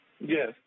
Yes